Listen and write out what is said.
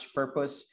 purpose